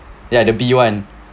ya the bee [one]